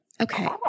Okay